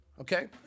Okay